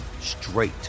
straight